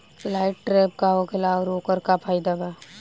Light trap का होखेला आउर ओकर का फाइदा बा?